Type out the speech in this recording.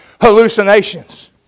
hallucinations